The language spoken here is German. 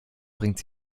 bringt